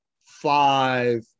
five